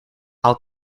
i’ll